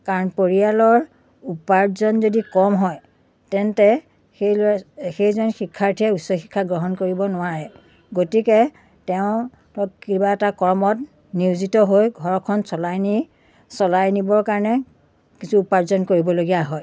কাৰণ পৰিয়ালৰ উপাৰ্জন যদি কম হয় তেন্তে সেই ল'ৰা সেইজন শিক্ষাৰ্থীয়ে উচ্চ শিক্ষা গ্ৰহণ কৰিব নোৱাৰে গতিকে তেওঁ ধৰক কিবা এটা কৰ্মত নিয়োজিত হৈ ঘৰখন চলাই নি চলাই নিবৰ কাৰণে কিছু উপাৰ্জন কৰিবলগীয়া হয়